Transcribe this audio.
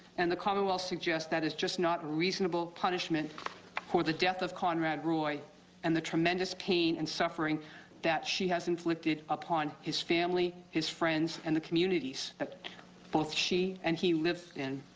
and the commonwealth suggests that is just not a reasonable punishment for the death of conrad roy and the tremendous pain and suffering that she has inflicted upon his family, his friends, and the communities that both she and he lived in.